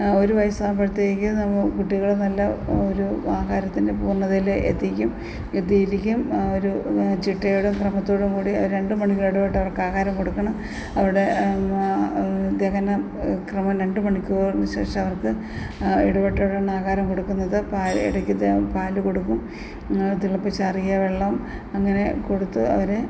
ഒരു വയസ്സാകുമ്പോഴത്തേക്ക് കുട്ടികള് നല്ല ഒരു ആഹാരത്തിൻ്റെ പൂർണ്ണതയില് എത്തിക്കും എത്തിയിരിക്കും ഒരു ചിട്ടയോടും ക്രമത്തോടും കൂടി ഒരു രണ്ട് മണിക്കൂർ ഇടവിട്ട് അവർക്ക് ആഹാരം കൊടുക്കണം അവരുടെ ദഹന ക്രമം രണ്ട് മണിക്കൂറിന് ശേഷ അവർക്ക് ഇടവിട്ടാണ് ആഹാരം കൊടുക്കുന്നത് പാല് ഇടക്ക് ഇടയ്ക്ക് പാല് കൊടുക്കും തിളപ്പിച്ചാറിയ വെള്ളം അങ്ങനെ കൊടുത്ത് അവരെ